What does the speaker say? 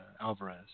Alvarez